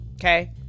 Okay